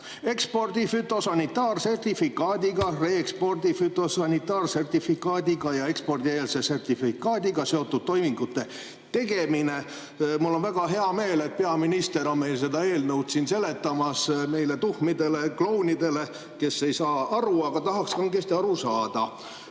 "Ekspordi fütosanitaarsertifikaadiga, reekspordi fütosanitaarsertifikaadiga ja ekspordieelse sertifikaadiga seotud toimingute tegemine." Mul on väga hea meel, et peaminister on meile seda eelnõu siin seletamas, meile tuhmidele klounidele, kes ei saa aru, aga tahaksin kangesti aru saada,